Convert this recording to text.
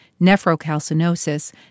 nephrocalcinosis